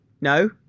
no